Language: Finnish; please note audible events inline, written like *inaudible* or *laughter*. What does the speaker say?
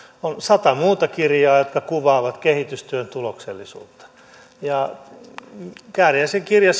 on sata muuta kirjaa jotka kuvaavat kehitystyön tuloksellisuutta kääriäisen kirja *unintelligible*